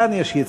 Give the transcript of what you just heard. כאן יש יציבות.